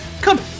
come